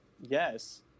yes